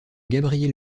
gabriel